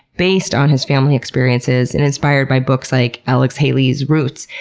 based on his family experiences and inspired by books like alex haley's roots.